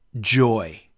joy